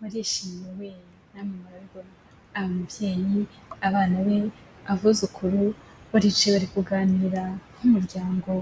Barishima we namwe murabibona, ababyeyi, abana be, abuzukuru, baricaye bari kuganira nk'umuryango